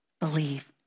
Believe